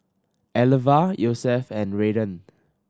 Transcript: Elva Yosef and Raiden